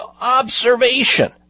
observation